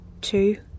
two